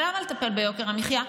אבל למה לטפל ביוקר המחיה?